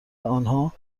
آنها